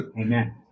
Amen